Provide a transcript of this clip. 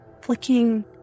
flicking